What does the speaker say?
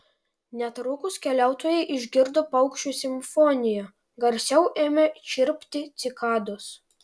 netrukus keliautojai išgirdo paukščių simfoniją garsiau ėmė čirpti cikados